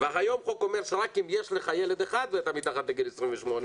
והיום החוק אומר שרק אם יש לך ילד אחד ואתה מתחת לגיל 28,